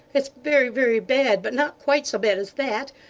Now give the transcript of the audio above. it's very, very bad, but not quite so bad as that.